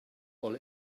all